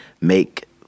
make